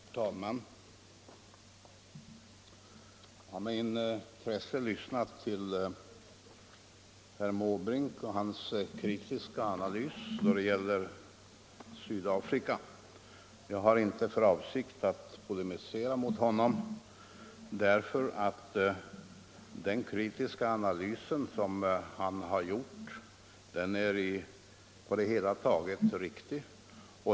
Herr talman! Jag har med intresse lyssnat till herr Måbrinks kritiska analys då det gäller Sydafrika. Jag har inte för avsikt att polemisera mot honom därför att hans analys på det hela taget är riktig.